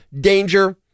danger